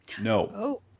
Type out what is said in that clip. no